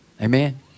Amen